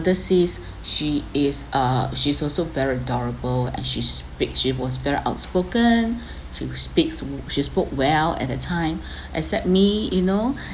elder sis she is uh she's also very adorable and she speaks she was very outspoken she will speaks she spoke well at that time except me you know